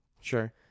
Sure